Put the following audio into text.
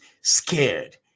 scared